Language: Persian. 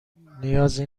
نیازی